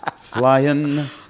flying